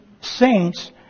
saints